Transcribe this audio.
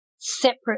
separate